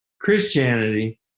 Christianity